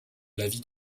l’avis